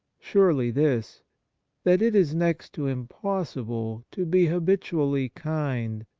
surely this that it is next to impossible to be habitually kind,